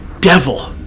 devil